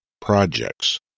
projects